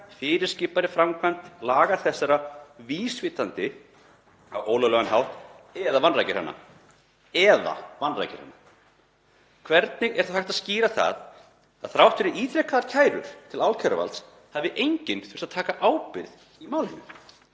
fyrirskipaðri framkvæmd laga þessara vísvitandi á ólöglegan hátt eða vanrækir hana.“ — Eða vanrækir hana. Hvernig er þá hægt að skýra það að þrátt fyrir ítrekaðar kærur til ákæruvalds hafi enginn þurft að taka ábyrgð í málinu?